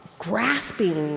grasping,